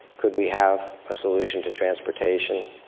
could we have a solution to transportation,